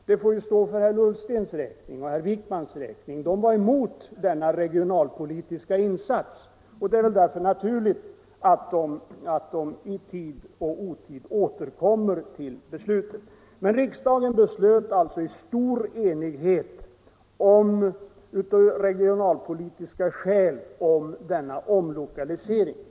Beteckningen får stå för herr Ullstens och herr Wijkmans räkning — de var emot denna regionalpolitiska insats, och det är väl därför naturligt att de i tid och otid återkommer till beslutet. Men riksdagen beslöt således av regionalpolitiska skäl i stor enighet om denna omlokalisering.